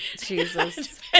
Jesus